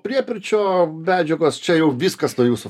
priepirčio medžiagos čia jau viskas nuo jūsų